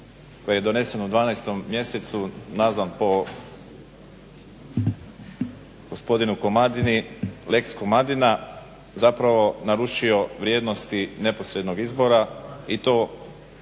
koji je donesen u 12. mjesecu nazvan po gospodinu Komadini lex Komadina zapravo narušio vrijednosti neposrednog izbora i to